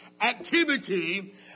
activity